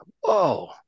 whoa